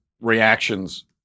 reactions